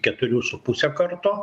keturių su puse karto